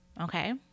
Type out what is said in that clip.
Okay